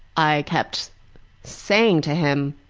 i kept saying to him,